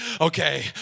okay